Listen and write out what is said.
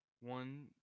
One